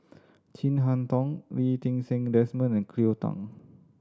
Chin Harn Tong Lee Ti Seng Desmond and Cleo Thang